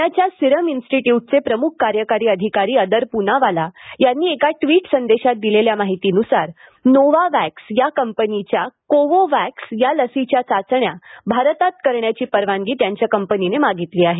पुण्याच्या सिरम इन्स्टिट्यूटचे प्रमुख कार्यकारी अधिकारी अदर पूनावाला यांनी एका ट्वीट संदेशात दिलेल्या माहितीनुसार नोव्हावॅक्स या कंपनीच्या कोव्होव्हॅक्स या लसीच्या चाचण्या भारतात करण्याची परवानगी त्यांच्या कंपनीने मागितली आहे